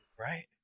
Right